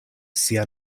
sia